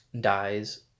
dies